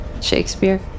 Shakespeare